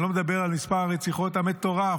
אני לא מדבר על מספר הרציחות המטורף,